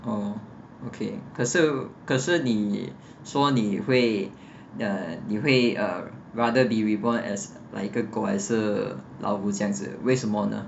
orh okay 可是可是你说你会 uh 你会 uh rather be reborn as like 一个狗还是老虎这样子为什么呢